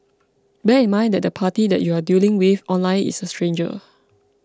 bear in mind that the party that you are dealing with online is a stranger